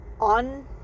on